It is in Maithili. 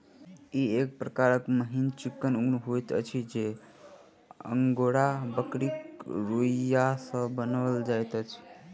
ई एक प्रकारक मिहीन चिक्कन ऊन होइत अछि जे अंगोरा बकरीक रोंइया सॅ बनाओल जाइत अछि